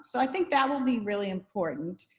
so i think that will be really important.